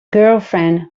girlfriend